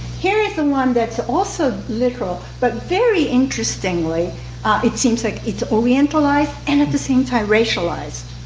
here is the one that's also literal, but very interestingly it seems like it's oriental life and at the same time racialized.